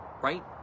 right